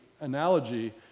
analogy